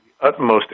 utmost